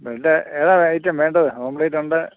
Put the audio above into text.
ഇവിടെ ഏതാ ഐറ്റം വേണ്ടത് ഓംലെറ്റ് ഉണ്ട്